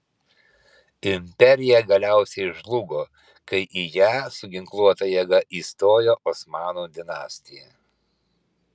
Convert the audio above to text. imperija galiausiai žlugo kai į ją su ginkluota jėga įstojo osmanų dinastija